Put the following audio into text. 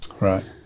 right